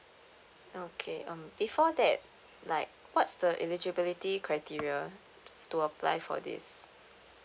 okay um before that like what's the eligibility criteria to apply for this